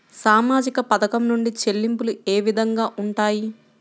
సామాజిక పథకం నుండి చెల్లింపులు ఏ విధంగా ఉంటాయి?